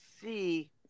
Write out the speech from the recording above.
see